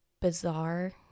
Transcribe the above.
bizarre